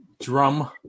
drum